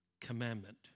commandment